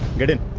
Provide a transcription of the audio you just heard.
get it.